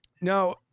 Now